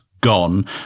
gone